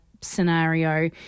scenario